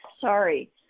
sorry